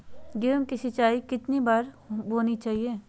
गेहु की सिंचाई कितनी बार होनी चाहिए?